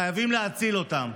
חייבים להציל אותם.